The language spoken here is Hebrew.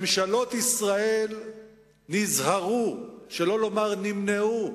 ממשלות ישראל נזהרו, שלא לומר נמנעו,